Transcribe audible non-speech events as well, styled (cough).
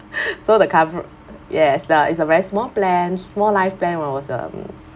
(laughs) so the covera~ yes ya it's a very small plans small life plan when I was a m~